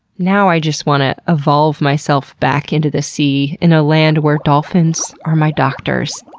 now i just want to evolve myself back into the sea in a land where dolphins are my doctors,